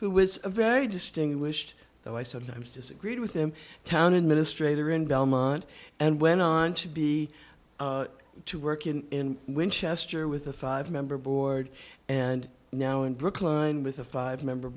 who was very distinguished though i sometimes disagreed with him town in ministre or in belmont and went on to be to work in winchester with a five member board and now in brookline with a five member